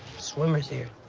swimmer's ear?